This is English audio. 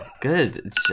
good